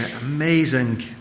amazing